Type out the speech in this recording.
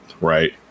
right